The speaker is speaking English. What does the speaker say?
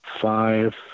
five